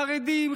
חרדים,